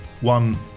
one